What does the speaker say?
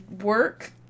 work